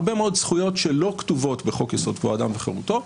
הרבה מאוד זכויות שלא כתובות בחוק יסוד: כבוד האדם וחירותו,